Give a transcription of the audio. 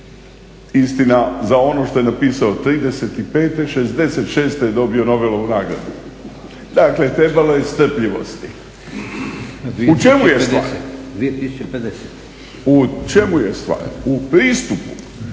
Istina za ono što je napisao '35. '66. je dobio Nobelovu nagradu. Dakle, trebalo je strpljivosti. U čemu je stvar? U pristupu